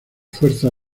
fuerzas